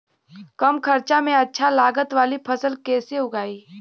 कम खर्चा में अच्छा लागत वाली फसल कैसे उगाई?